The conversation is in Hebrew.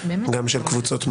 גם של קבוצות מיעוט.